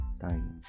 time